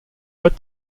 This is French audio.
pas